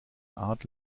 art